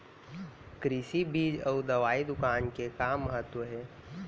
कृषि बीज अउ दवई दुकान के का महत्ता हे?